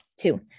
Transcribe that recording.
Two